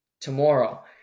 tomorrow